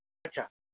अच्छा